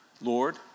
Lord